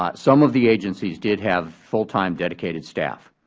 but some of the agencies did have full time dedicated staff.